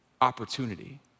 Opportunity